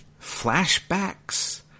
flashbacks